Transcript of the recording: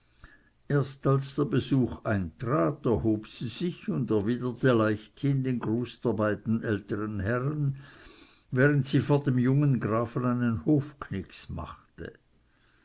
erst als der besuch eintrat erhob sie sich und erwiderte leichthin den gruß der beiden älteren herren während sie vor dem jungen grafen einen hofknicks machte